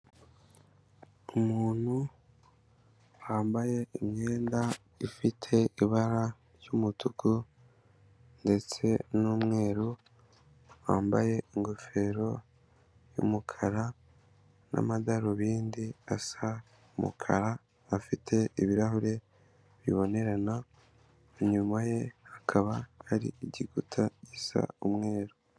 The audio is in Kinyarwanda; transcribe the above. Umuntu wambaye imyenda ifite ibara ry'umutuku, ndetse n'umweru wambaye ingofero y'umukara, n'amadarubindi asa n'umukara, afite ibirahure bibonerana, inyuma ye hakaba ari igikuta gisa umweru.